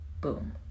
Boom